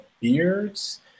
beards